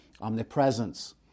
omnipresence